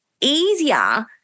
easier